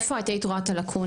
איפה את היית רואה את הלקונה?